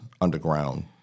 underground